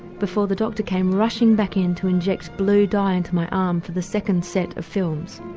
before the doctor came rushing back in to inject blue dye into my arm for the second set of films.